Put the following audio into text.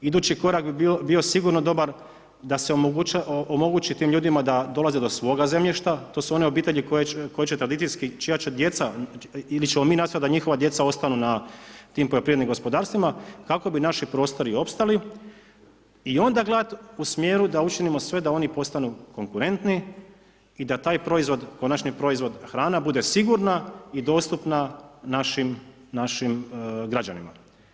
Idući korak bi bio sigurno dobar, da se omogući tim ljudima, da dolaze do svoga zemljišta, to su one obitelji, koja će tradicijski, čija će djeca ili ćemo mi nastojati da njihova djeca ostanu na tim poljoprivrednim gospodarstvima, kako bi naši prostori opstali i onda gledati u smjeru da učinimo sve da oni postanu konkurentni i da taj proizvod, konačni proizvod, hrana bude sigurna i dostupna našim građanima.